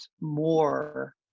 more